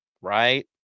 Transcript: Right